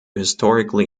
historically